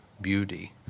beauty